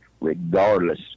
regardless